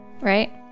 Right